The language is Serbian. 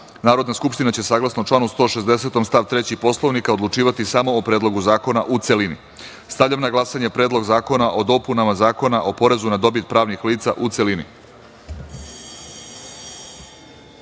Narodna skupština će saglasno članu 160. stav 3. Poslovnika Narodne skupštine, odlučivati samo o Predlogu zakona u celini. Stavljam na glasanje Predlog zakona o dopunama Zakona o porezu na dobit pravnih lica, u